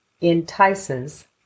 entices